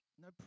No